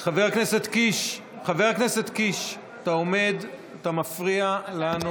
אני מבקש לקרוא בשמות חברי הכנסת שלא נכחו בקריאה הראשונה.